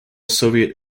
soviet